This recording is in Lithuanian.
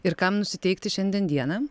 ir kam nusiteikti šiandien dieną